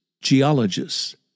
geologists